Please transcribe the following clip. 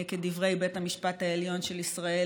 כדברי בית המשפט העליון של ישראל,